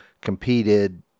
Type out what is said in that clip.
competed